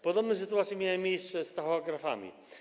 Podobne sytuacje miały miejsce z tachografami.